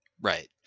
Right